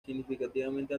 significativamente